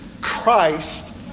Christ